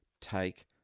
take